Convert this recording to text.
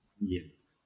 yes